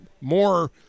more